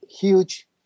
huge